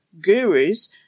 gurus